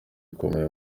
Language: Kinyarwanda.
ikomeye